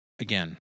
again